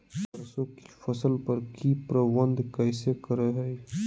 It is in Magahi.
सरसों की फसल पर की प्रबंधन कैसे करें हैय?